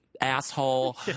asshole